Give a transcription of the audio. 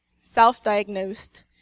self-diagnosed